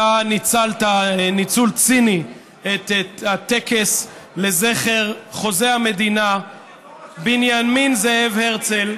אתה ניצלת ניצול ציני את הטקס לזכר חוזה המדינה בנימין זאב הרצל.